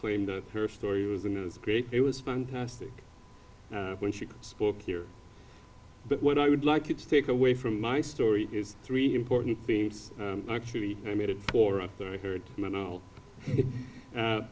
claim that her story was and it was great it was fantastic when she spoke here but what i would like it to take away from my story is three important things actually i made it or